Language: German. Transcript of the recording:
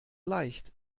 leicht